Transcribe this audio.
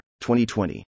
2020